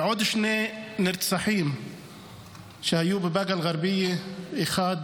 ועוד שני נרצחים שהיו בבאקה אל-גרבייה,